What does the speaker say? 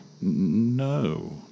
No